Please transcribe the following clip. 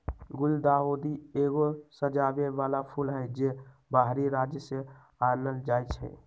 गुलदाऊदी एगो सजाबे बला फूल हई, जे बाहरी राज्य से आनल जाइ छै